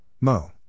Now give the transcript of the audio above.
Mo